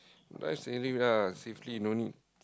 drive safely lah safety no need